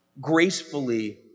gracefully